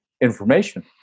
Information